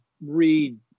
read